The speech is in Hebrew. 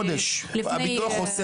לפני כשבועיים.